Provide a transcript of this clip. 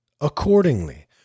accordingly